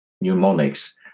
mnemonics